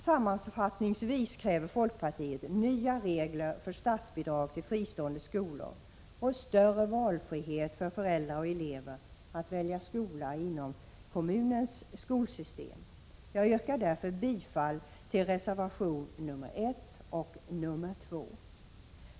Sammanfattningsvis kräver folkpartiet nya regler för statsbidrag till fristående skolor och större valfrihet för föräldrar och elever att välja skola inom kommunens skolsystem. Jag yrkar därför bifall till reservationerna 1 och 2.